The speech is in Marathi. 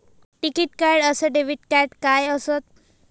टिकीत कार्ड अस डेबिट कार्ड काय असत?